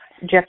Jeff